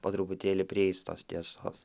po truputėlį prieis tos tiesos